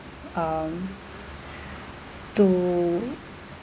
um to